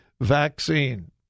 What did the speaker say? vaccine